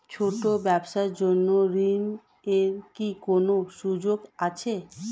ছোট ব্যবসার জন্য ঋণ এর কি কোন সুযোগ আছে?